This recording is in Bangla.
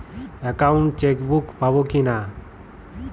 একাউন্ট চেকবুক পাবো কি না?